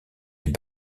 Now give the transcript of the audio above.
les